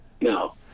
no